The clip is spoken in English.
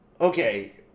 okay